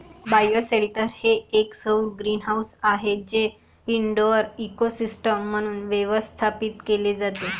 bioshelter हे एक सौर ग्रीनहाऊस आहे जे इनडोअर इकोसिस्टम म्हणून व्यवस्थापित केले जाते